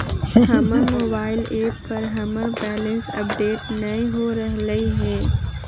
हमर mobile app पर हमर बैलेंस अपडेट नय हो रहलय हें